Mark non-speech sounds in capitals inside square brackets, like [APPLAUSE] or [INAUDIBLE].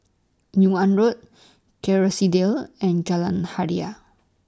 Yung An Road [NOISE] Kerrisdale and Jalan Hajijah